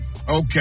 okay